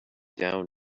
down